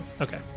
Okay